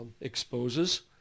exposes